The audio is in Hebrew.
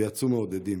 ויצאו מעודדים.